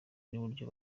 n’uburyo